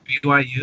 BYU